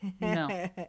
no